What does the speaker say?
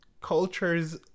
cultures